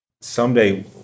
Someday